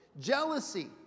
jealousy